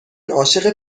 عاشق